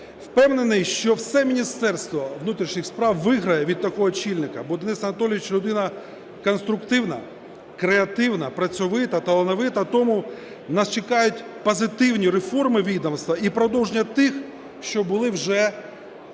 Впевнений, що все Міністерство внутрішніх справ виграє від такого очільника, бо Денис Анатолійович – людина конструктивна, креативна, працьовита, талановита. Тому нас чекають позитивні реформи відомства і продовження тих, що були вже розпочаті.